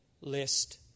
list